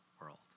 world